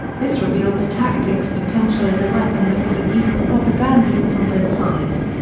this revealed the tactic's potential as a weapon that was of use for propagandists on both sides.